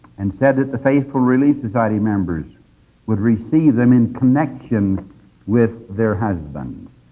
and said that the faithful relief society members would receive them in connection with their husbands.